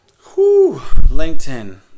LinkedIn